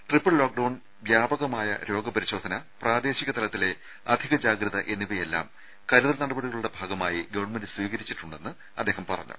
triple lockdown വ്യാപകമായ രോഗപരിശോധന പ്രാദേശിക തലത്തിലെ അധിക എന്നിവയെല്ലാം ജാഗ്രത കരുതൽ നടപടികളുടെ ഭാഗമായി ഗവൺമെന്റ് സ്വീകരിച്ചിട്ടുണ്ടെന്ന് അദ്ദേഹം പറഞ്ഞു